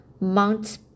Mount